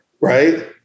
Right